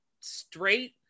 straight